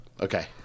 Okay